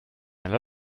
alla